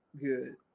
good